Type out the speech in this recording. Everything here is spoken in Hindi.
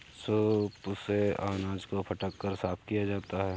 सूप से अनाज को फटक कर साफ किया जाता है